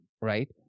right